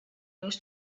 news